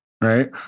Right